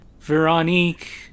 Veronique